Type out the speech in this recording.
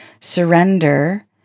surrender